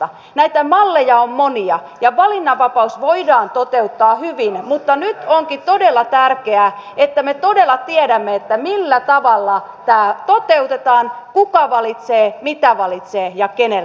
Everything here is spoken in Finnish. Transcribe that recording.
näitä malleja on monia ja valinnanvapaus voidaan toteuttaa hyvin mutta nyt onkin todella tärkeää että me todella tiedämme millä tavalla tämä toteutetaan kuka valitsee mitä valitsee ja keneltä valitsee